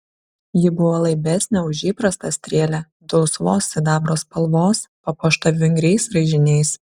ji buvo laibesnė už įprastą strėlę dulsvos sidabro spalvos papuošta vingriais raižiniais